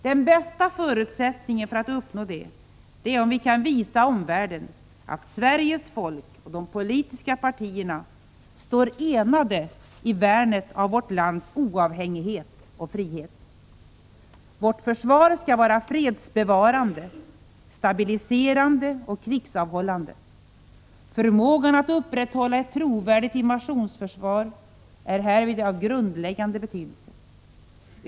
Den bästa förutsättningen för att uppnå det är om vi kan visa omvärlden att Sveriges folk och de politiska partierna står enade i värnet av vårt lands oavhängighet och frihet. Vårt försvar skall vara fredsbevarande, stabiliserande och krigsavhållande. Förmågan att upprätthålla ett trovärdigt invasionsförsvar är härvid av grundläggande betydelse.